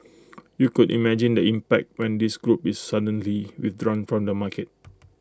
you could imagine the impact when this group is suddenly withdrawn from the market